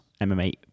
MMA